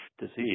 disease